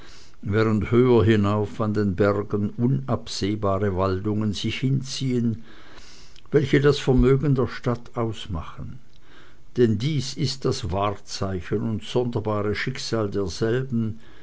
während höher hinauf an den bergen unabsehbare waldungen sich hinziehen welche das vermögen der stadt ausmachen denn dies ist das wahrzeichen und sonderbare schicksal derselben